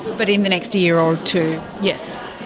but in the next year or two? yes.